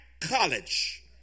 college